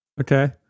Okay